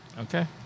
Okay